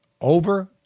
Over